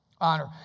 Honor